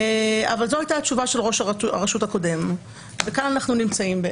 אבל זאת הייתה התשובה של ראש הרשות הקודם וכאן אנחנו נמצאים.